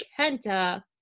Kenta